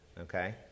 Okay